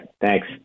Thanks